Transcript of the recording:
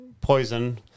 poison